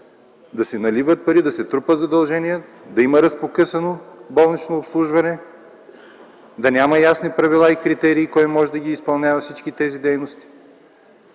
Да се наливат пари, да се трупат задължения, да има разпокъсано болнично обслужване, да няма ясни правила и критерии кой може да изпълнява всички тези дейности